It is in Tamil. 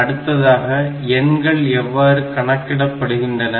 அடுத்ததாக எண்கள் எவ்வாறு கணக்கிடப்படுகின்றன